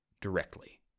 directly